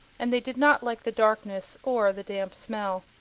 and they did not like the darkness or the damp smell.